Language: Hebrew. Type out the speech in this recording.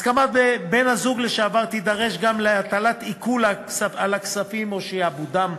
הסכמת בן-הזוג לשעבר תידרש גם להטלת עיקול על הכספים או שעבודם,